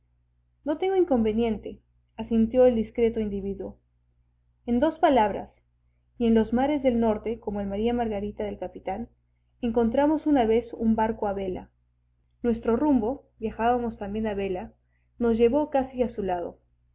no tengo inconveniente asintió el discreto individuo en dos palabras y en los mares del norte como el maría margarita del capitán encontramos una vez un barco a vela nuestro rumbo viajábamos también a vela nos llevó casi a su lado